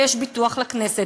ויש ביטוח לכנסת.